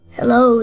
Hello